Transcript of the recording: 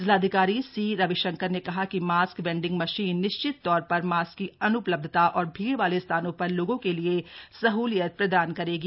जिलाधिकारी सी रविशंकर ने कहा कि मास्क वेण्डिंग मशीन निश्चित तौर पर मास्क की अन्पलब्धता और भीड़ वाले स्थानों पर लोगों के लिए सहलियत प्रदान करेगी